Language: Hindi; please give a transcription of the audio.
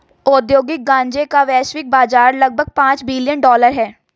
औद्योगिक गांजे का वैश्विक बाजार लगभग पांच बिलियन डॉलर का है